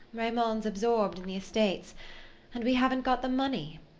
raymond's absorbed in the estates and we haven't got the money.